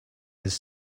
his